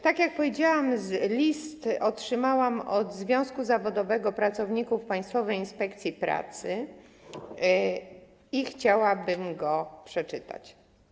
Tak jak powiedziałam, list otrzymałam od Związku Zawodowego Pracowników Państwowej Inspekcji Pracy i chciałabym go przeczytać.